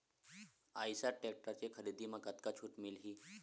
Eicher tractor के खरीदी म कतका छूट मिलही?